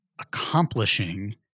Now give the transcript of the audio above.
accomplishing